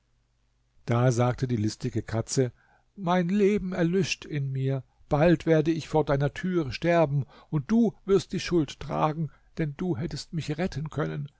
da sagte die listige katze mein leben erlischt in mir bald werde ich vor deiner tür sterben und du wirst die schuld tragen denn du hättest mich retten können